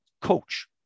coach